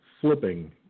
flipping